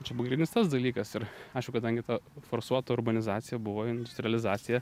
čia pagrindinis tas dalykas ir aišku kadangi ta forsuota urbanizacija buvo industrializacija